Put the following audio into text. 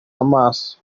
amaso